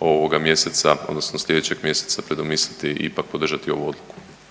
ovoga mjeseca odnosno slijedećeg mjeseca predomisliti i ipak podržati ovu odluku.